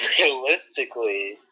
Realistically